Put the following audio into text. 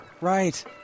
Right